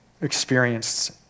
experienced